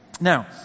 Now